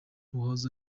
uwahoze